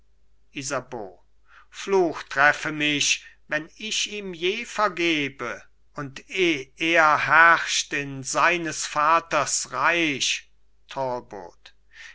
isabeau fluch treffe mich wenn ich ihm je vergebe und eh er herrscht in seines vaters reich